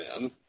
men